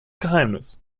geheimnis